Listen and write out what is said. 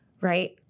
right